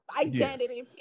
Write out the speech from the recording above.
identity